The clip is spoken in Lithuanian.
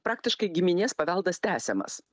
praktiškai giminės paveldas tęsiamas